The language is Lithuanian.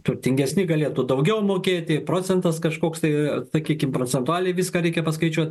turtingesni galėtų daugiau mokėti procentas kažkoks tai tokie procentai gali viską reikia paskaičiuoti